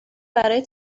برای